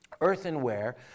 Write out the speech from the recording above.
earthenware